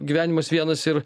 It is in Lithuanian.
gyvenimas vienas ir